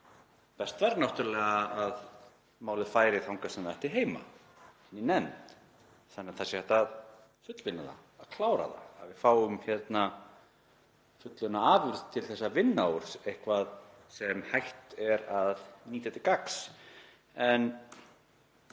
best væri náttúrlega að málið færi þangað sem það á heima, inn í nefnd þannig að það sé hægt að fullvinna það og klára það, að við fáum hér fullunna afurð til að vinna úr, eitthvað sem hægt er að nýta til gagns.